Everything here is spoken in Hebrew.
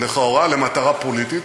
לכאורה למטרה פוליטית,